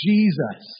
Jesus